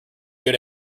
good